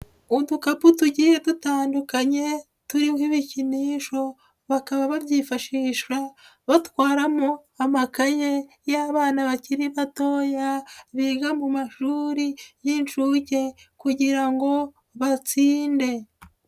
Udukapu tugiye dutandukanye turiho ibikinisho bakaba babyifashisha batwaramo amakaye y'abana bakiri batoya biga mu mashuri y'inshuke kugira ngo batsinde.